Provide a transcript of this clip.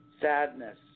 sadness